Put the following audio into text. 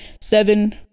seven